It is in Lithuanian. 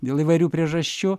dėl įvairių priežasčių